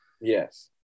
Yes